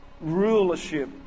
rulership